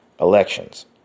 elections